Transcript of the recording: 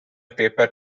paper